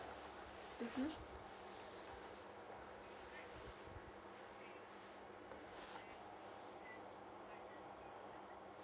mmhmm